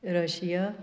Russia